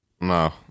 No